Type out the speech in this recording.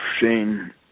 Shane